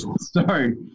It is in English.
Sorry